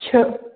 چھِ